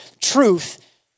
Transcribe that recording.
truth